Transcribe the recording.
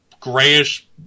grayish